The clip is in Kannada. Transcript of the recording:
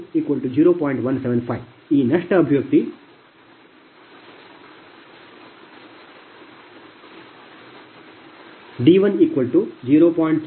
175 ಈಗ ಈ ನಷ್ಟ ಅಭಿವ್ಯಕ್ತಿ d10